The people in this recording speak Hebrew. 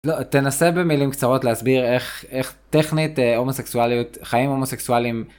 לא, תנסה במילים קצרות להסביר איך איך טכנית, הומוסקסואליות... חיים הומוסקסואליים...